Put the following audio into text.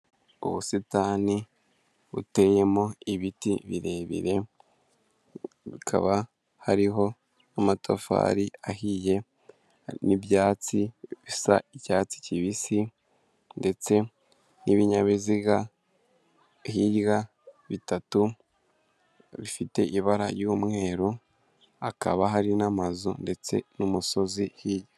Ubusitani buteyemo ibiti birebire, bikaba hariho n'amatafari ahiye n'ibyatsi bisa icyatsi kibisi, ndetse n'ibinyabiziga hirya bitatu bifite ibara ry'umweru hakaba hari n'amazu ndetse n'umusozi hirya.